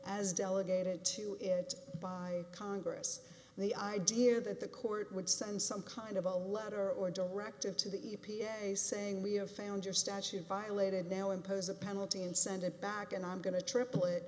as delegated to it by congress and the idea that the court would send some kind of a letter or directive to the e p a saying we have found your statute violated now impose a penalty and sent it back and i'm going to triple